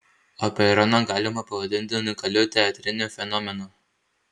apeironą galima pavadinti unikaliu teatriniu fenomenu